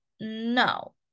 No